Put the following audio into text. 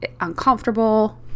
uncomfortable